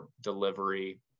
delivery